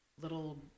little